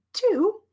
Two